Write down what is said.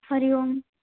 हरिः ओम्